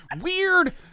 weird